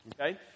Okay